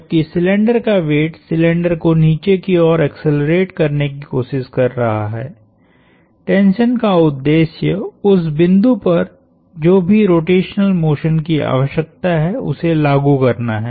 जबकि सिलिंडर का weight cylinder को नीचे की ओर एक्सेलरेट करने की कोशिश कर रहा है टेंशन का उद्देश्य उस बिंदु पर जो भी रोटेशनल मोशन की आवश्यकता है उसे लागु करना है